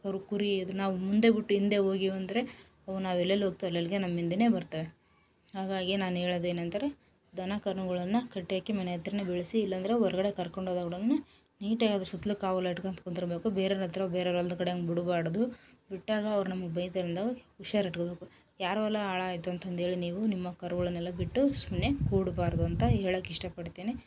ಕರು ಕುರಿ ಎದ್ರು ನಾವು ಮುಂದೆ ಬಿಟ್ಟು ಹಿಂದೆ ಹೋಗಿವಂದ್ರೆ ಅವು ನಾವು ಎಲ್ಲೆಲ್ಲಿ ಹೋಗ್ತೀವಿ ಅಲ್ಲಲ್ಲಿಗೆ ನಮ್ಮ ಹಿಂದೆಯೇ ಬರ್ತಾವೆ ಹಾಗಾಗಿ ನಾನು ಹೇಳೋದೆನಂದ್ರೆ ದನ ಕರುಗಳನ್ನು ಕಟ್ಯಾಕಿ ಮನೆ ಹತ್ರವೇ ಬೆಳೆಸಿ ಇಲ್ಲಾಂದ್ರೆ ಹೊರ್ಗಡೆ ಕರ್ಕೊಂಡು ಹೋದಾಗ ಕೂಡವೂ ನೀಟಾಗಿ ಅದ್ರ ಸುತ್ತಲೂ ಕಾವಲು ಇಟ್ಕೋಳ್ತಾ ಕುಂದರಬೇಕು ಬೇರೆಯವ್ರ ಹತ್ರ ಬೇರೆಯವ್ರ ಹೊಲ್ದ ಕಡೆ ಹಂಗೆ ಬಿಡ್ಬಾರ್ದು ಬಿಟ್ಟಾಗ ಅವ್ರು ನಮ್ಮ ಬೈತಾರೆ ಅಂದಾಗ ಹುಷಾರಿಟ್ಕೋಬೇಕು ಯಾರ ಹೊಲ ಹಾಳಾಯ್ತು ಅಂತಂಧೇಳಿ ನೀವು ನಿಮ್ಮ ಕರುಗಳನೆಲ್ಲ ಬಿಟ್ಟು ಸುಮ್ಮನೆ ಕೂಡಬಾರ್ದು ಅಂತ ಹೇಳೋಕ್ಕೆ ಇಷ್ಟ ಪಡ್ತೀನಿ